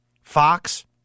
Fox